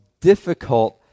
difficult